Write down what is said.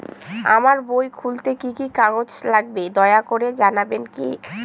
আমার বই খুলতে কি কি কাগজ লাগবে দয়া করে জানাবেন কি?